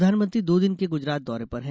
प्रधानमंत्री दो दिन के गुजरात दौरे पर हैं